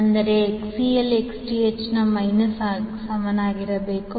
ಅಂದರೆ XL Xth ನ ಮೈನಸ್ಗೆ ಸಮನಾಗಿರಬೇಕು